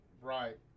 Right